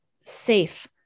safe